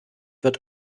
wird